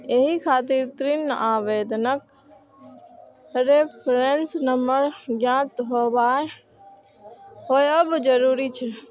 एहि खातिर ऋण आवेदनक रेफरेंस नंबर ज्ञात होयब जरूरी छै